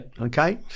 Okay